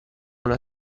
una